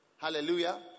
Hallelujah